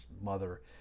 mother